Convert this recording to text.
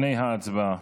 לפני ההצבעה.